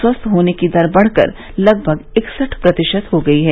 स्वस्थ होने की दर बढ़कर लगभग इकसठ प्रतिशत हो गई है